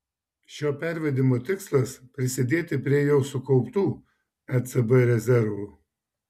šio pervedimo tikslas prisidėti prie jau sukauptų ecb rezervų